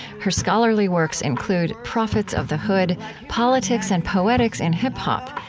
her scholarly works include prophets of the hood politics and poetics in hip hop,